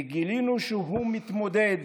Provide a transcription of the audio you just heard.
וגילינו שהוא מתמודד